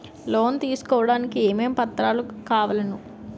Loan తీసుకోడానికి ఏమేం పత్రాలు కావలెను?